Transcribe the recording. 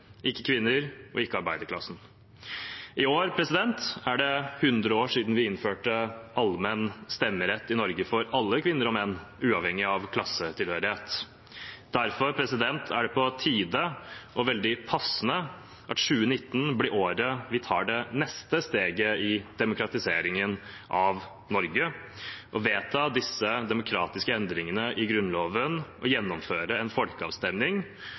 ikke kvinner og ikke arbeiderklassen. I år er det 100 år siden vi innførte allmenn stemmerett i Norge for alle kvinner og menn, uavhengig av klassetilhørighet. Derfor er det på tide og veldig passende at 2019 blir året vi tar det neste steget i demokratiseringen av Norge: ved å vedta disse demokratiske endringene i Grunnloven og gjennomføre en folkeavstemning